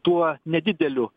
tuo nedideliu